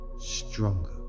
stronger